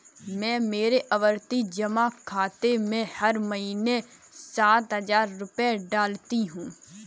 मैं मेरे आवर्ती जमा खाते में हर महीने सात हजार रुपए डालती हूँ